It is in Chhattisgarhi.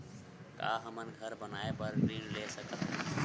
का हमन घर बनाए बार ऋण ले सकत हन?